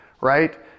Right